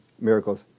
miracles